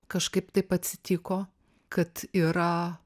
kažkaip taip atsitiko kad yra